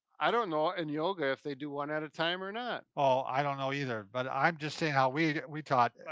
i don't know, in yoga, if they do one at a time or not. oh, i don't know either but i'm just saying how we we taught.